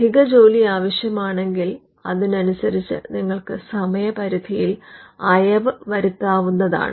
അധിക ജോലി ആവശ്യമാണെങ്കിൽ അതിനനുസരിച്ച് നിങ്ങൾക്ക് സമയംപരിധിയിൽ അയവ് വരുത്താവുന്നതാണ്